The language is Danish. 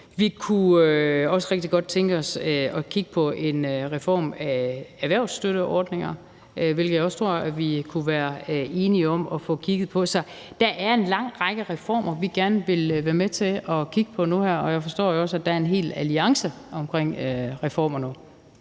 Vi kunne også rigtig godt tænke os at kigge på en reform af erhvervsstøtteordninger, hvilket jeg også tror vi kunne være enige om at få kigget på. Så der er en lang række reformer, vi gerne vil være med til at kigge på nu og her, og jeg forstår jo også, at der er en hel alliance omkring reformer nu.